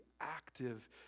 active